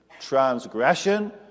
Transgression